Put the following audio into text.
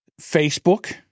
Facebook